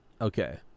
Okay